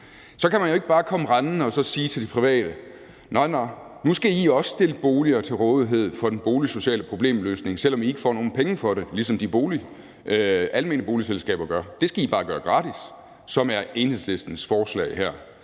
Så kan man jo ikke bare komme rendende og sige til de private: Nå, nu skal I også stille boliger til rådighed for den boligsociale problemløsning, selv om I ikke får nogen penge for det, ligesom de almene boligselskaber gør. Det skal I bare gøre gratis, hvilket er Enhedslistens forslag her.